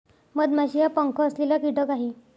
मधमाशी हा पंख असलेला कीटक आहे